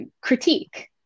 critique